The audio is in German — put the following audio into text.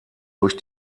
durch